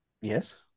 Yes